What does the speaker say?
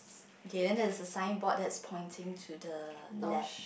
okay then there is a signboard that is pointing to the left